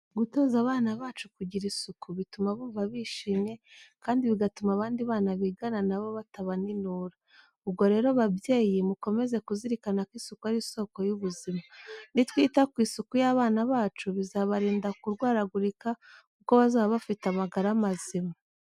Gutoza abana bacu kugira isuku, bituma bumva bishimye kandi bigatuma abandi bana bigana nabo batabaninura. Ubwo rero babyeyi mukomeze kuzirikana ko isuku ari isoko y'ubuzima. Nitwita ku isuku y'abana bacu bizabarinda kurwaragurika kuko bazaba bafite amagara mazima.